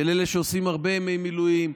של אלה שעושים הרבה ימי מילואים,